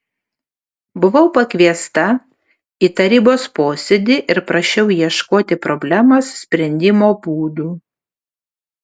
buvau pakviesta į tarybos posėdį ir prašiau ieškoti problemos sprendimo būdų